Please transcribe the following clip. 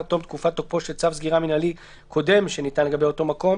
תום תקופת תוקפו של צו סגירה מינהלי קודם שניתן לגבי אותו מקום,